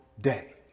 day